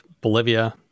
Bolivia